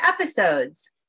episodes